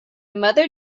mother